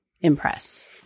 impress